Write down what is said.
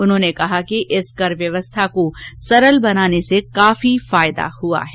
उन्होंने कहा कि इस कर व्यवस्था को सरल बनाने से काफी फायदा हुआ है